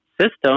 system